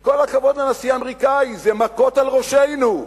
עם כל הכבוד לנשיא האמריקני, זה מכות על ראשינו.